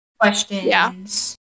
questions